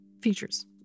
features